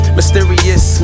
Mysterious